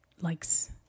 likes